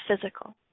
physical